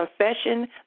confession